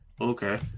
Okay